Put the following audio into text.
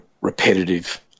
repetitive